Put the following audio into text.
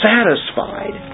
Satisfied